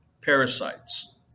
parasites